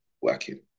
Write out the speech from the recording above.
working